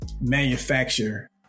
manufacture